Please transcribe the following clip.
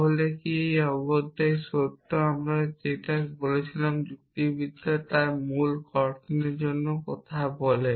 তাহলে কি এই অগত্যা সত্য সংখ্যাটি যেটা আমরা বলেছিলাম যুক্তিবিদ্যায় তা মূলত কর্তনের জন্য কথা বলে